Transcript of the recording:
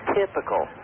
typical